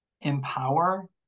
empower